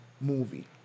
movie